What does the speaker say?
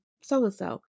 so-and-so